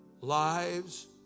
lives